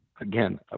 Again